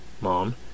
Mom